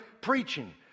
preaching